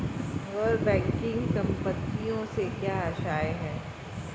गैर बैंकिंग संपत्तियों से क्या आशय है?